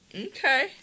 Okay